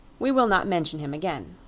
we will not mention him again.